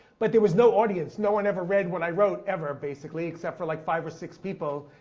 but there was no audience. no one ever read what i wrote ever basically, except for like five or six people.